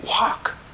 Walk